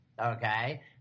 Okay